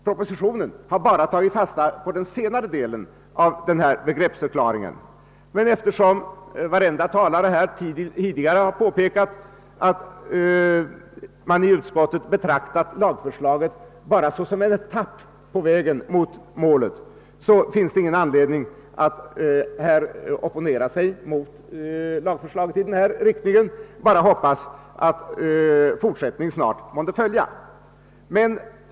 Propositionen har bara tagit fasta på den senare delen av denna begreppsförklaring, men eftersom varenda talare tidigare har påpekat att man i utskottet betraktat lagförslaget endast som en etapp på väg mot målet — och jag delar den synen — finns det ingen anledning att här opponera mot lagförslaget utan det är bara att hoppas att fortsättning snart måtte följa.